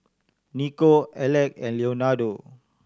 Nico Aleck and Leonardo